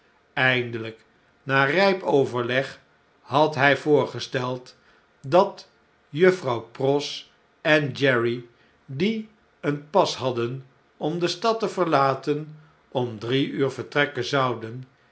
eindeljjk na rp overleg had hy voorgesteld dat juffrouw pross en jerry die een pas hadden om de stad te verlaten om drie uur vertrekken zouden